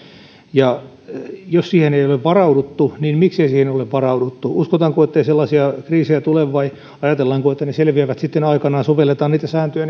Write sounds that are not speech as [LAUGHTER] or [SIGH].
jos siihen ei ole varauduttu niin miksi ei siihen ole varauduttu uskotaanko ettei sellaisia kriisejä tule vai ajatellaanko että ne selviävät sitten aikanaan sovelletaan niitä sääntöjä [UNINTELLIGIBLE]